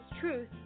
Truth